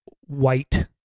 white